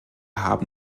haben